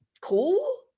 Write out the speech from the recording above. cool